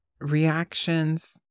reactions